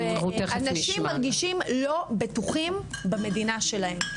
אנשים מרגישים לא בטוחים במדינה שלהם,